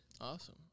Awesome